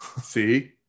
see